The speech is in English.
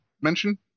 mention